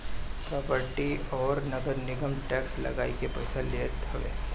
property पअ नगरनिगम tax लगाइ के पईसा लेत हवे